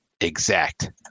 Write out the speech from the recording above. exact